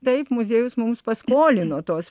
taip muziejus mums paskolino tuos